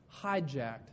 hijacked